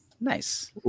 Nice